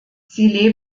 sie